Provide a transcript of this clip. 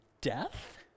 Death